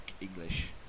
English